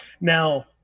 Now